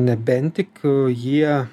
nebent tik jie